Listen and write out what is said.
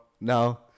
No